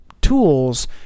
tools